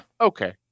Okay